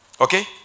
Okay